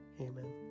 Amen